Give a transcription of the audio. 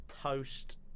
toast